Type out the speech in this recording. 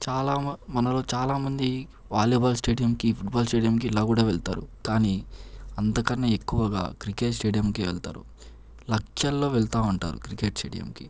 చాలా మనలో చాలామంది వాలీబాల్ స్టేడియంకి ఫుట్ బాల్ స్టేడియంకి ఇలా కూడా వెళ్తారు కానీ అంతకన్నా ఎక్కువగా క్రికెట్ స్టేడియంకే వెళతారు లక్షల్లో వెళ్తూ ఉంటారు క్రికెట్ స్టేడియంకి